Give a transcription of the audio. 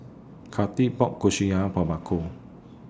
Kathyrn bought Kushiyaki For Marco